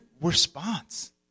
response